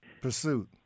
pursuit